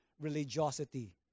religiosity